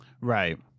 Right